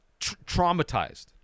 traumatized